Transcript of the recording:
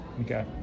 Okay